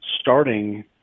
starting